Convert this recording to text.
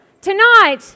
tonight